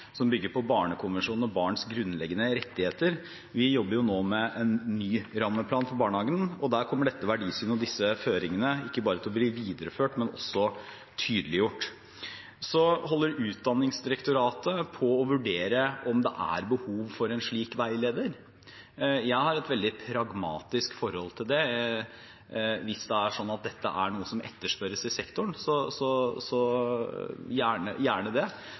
som bygger på barnekonvensjonen og barns grunnleggende rettigheter. Vi jobber jo nå med en ny rammeplan for barnehagen, og der kommer dette verdisynet og disse føringene til å bli ikke bare videreført, men også tydeliggjort. Utdanningsdirektoratet holder på med å vurdere om det er behov for en slik veileder. Jeg har et veldig pragmatisk forhold til det. Hvis det er sånn at dette er noe som etterspørres i sektoren, så gjerne det. Samtidig må vi også være klar over at her er det